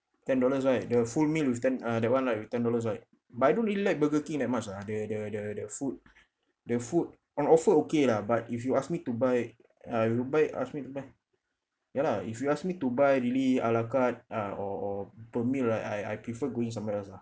ten dollars right the full meal with ten ah that one right with ten dollars right but I don't really like burger king that much ah the the the the food the food on offer okay lah but if you ask me to buy uh you buy ask me to buy ya lah if you ask me to buy really a la carte ah or or per meal right I I prefer going somewhere else lah